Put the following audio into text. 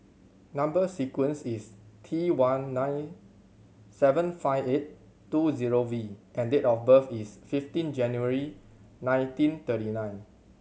number sequence is T one nine seven five eight two zero V and date of birth is fifteen January nineteen thirty nine